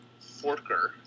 Forker